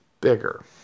bigger